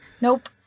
nope